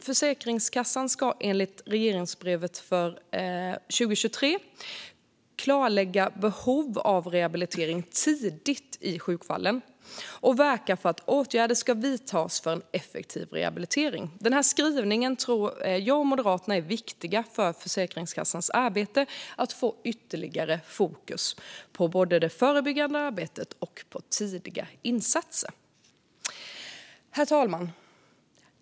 Försäkringskassan ska enligt regleringsbrevet för 2023 klarlägga behov av rehabilitering tidigt i sjukfallen och verka för att åtgärder för en effektiv rehabilitering ska vidtas. Den skrivningen tror jag och Moderaterna är viktig för Försäkringskassans arbete med att få ytterligare fokus på både det förebyggande arbetet och tidiga insatser. Herr talman!